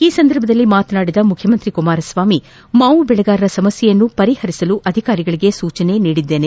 ಈ ಸಂದರ್ಭದಲ್ಲಿ ಮಾತನಾಡಿದ ಮುಖ್ಯಮಂತ್ರಿ ಕುಮಾರಸ್ವಾಮಿಮಾವು ಬೆಳೆಗಾರರ ಸಮಸ್ನೆಯನ್ನು ಪರಿಹರಿಸಲು ಅಧಿಕಾರಿಗಳಿಗೆ ಸೂಚನೆ ನೀಡಿದ್ದೇನೆ